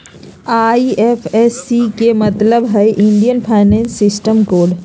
IFSC के मतलब हइ इंडियन फाइनेंशियल सिस्टम कोड